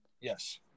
Yes